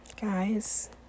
guys